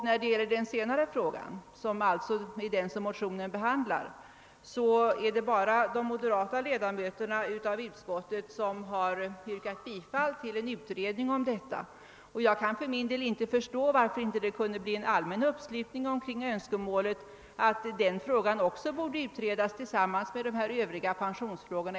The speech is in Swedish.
När det gäller den senare frågan, som alltså är den som motionen behandlar, är det bara de moderata ledamöterna i utskottet som yrkat bifall till förslaget om en utredning. Jag kan för min del inte förstå varför det inte kunde bli en allmän uppslutning kring önskemålet att också den frågan borde utredas tillsammans med de övriga pensionsfrågorna.